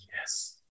yes